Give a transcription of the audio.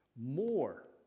more